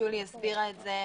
ושולי הסבירה את זה,